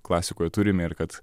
klasikoje turime ir kad